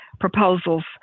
proposals